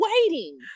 waiting